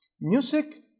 Music